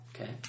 okay